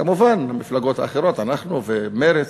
כמובן, מפלגות אחרות, אנחנו, מרצ,